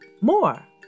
more